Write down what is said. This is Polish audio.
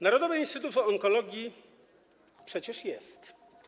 Narodowy Instytut Onkologii - przecież jest.